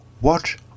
watch